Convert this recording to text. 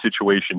situation